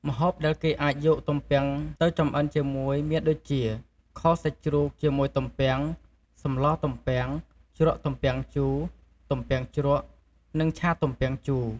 ម្ហូបដែលគេអាចយកទំពាំងទៅចម្អិនជាមួយមានដូចជា ខសាច់ជ្រូកជាមួយទំពាំង សម្លទំពាំង ជ្រក់ទំពាំងជូរ ទំពាំងជ្រក់ និងឆាទំំពាំងជូរ។